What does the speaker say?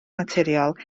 naturiol